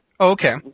Okay